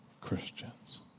Christians